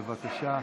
בבקשה.